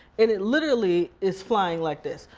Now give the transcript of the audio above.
and it literally is flying like this.